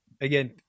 again